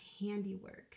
handiwork